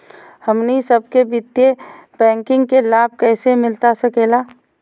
हमनी सबके वित्तीय बैंकिंग के लाभ कैसे मिलता सके ला?